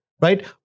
right